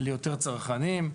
ליותר צרכנים.